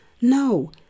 No